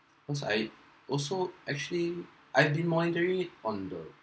cause I also actually I've been monitoring it on the